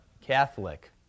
Catholic